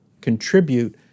contribute